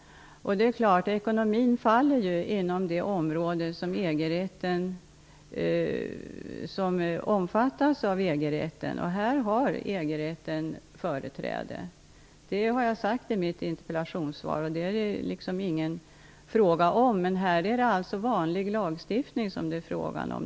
Ekonomin omfattas av EG-rätten. På det området har EG-rätten företräde. Det har jag sagt i mitt interpellationssvar, och det är ingen tvekan om det. Här är det alltså fråga om vanlig lagstiftning, inte grundlagar.